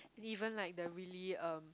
even like the really uh